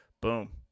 boom